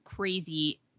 crazy